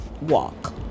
walk